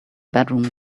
bedroom